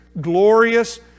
glorious